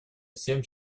всем